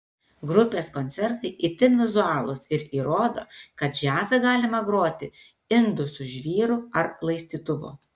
grupės koncertai itin vizualūs ir įrodo kad džiazą galima groti indu su žvyru ar laistytuvu